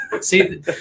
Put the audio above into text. See